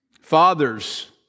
Fathers